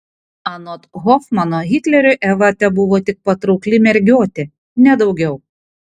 anot hofmano hitleriui eva tebuvo tik patraukli mergiotė ne daugiau